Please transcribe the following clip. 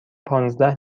پانزده